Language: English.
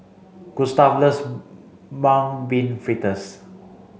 Gustav loves mung bean fritters